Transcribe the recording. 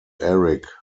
eric